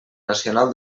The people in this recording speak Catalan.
nacional